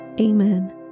Amen